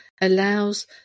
allows